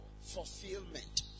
fulfillment